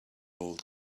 old